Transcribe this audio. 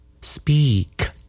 speak